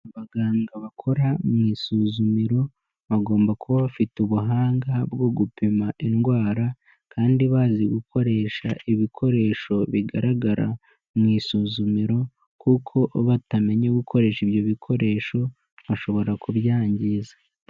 Abaganga bakora mu isuzumiro bagomba kuba bafite ubuhanga bwo gupima indwara kandi bazi gukoresha ibikoresho bigaragara mu isuzumiro kuko batamenye gukoresha ibyo bikoresho bashobora kubyangiza.